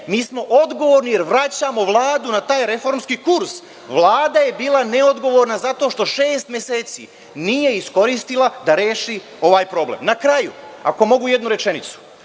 mi smo odgovorni, jer vraćamo Vladu na taj reformski kurs. Vlada je bila neodgovorna zato što šest meseci nije iskoristila da reši ovaj problem. Na kraju, ako mogu jednu rečenicu.